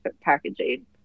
packaging